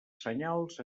senyals